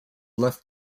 left